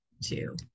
two